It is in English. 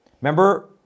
Remember